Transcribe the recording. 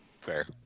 Fair